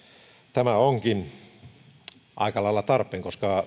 tämä onkin aika lailla tarpeen koska